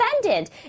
defendant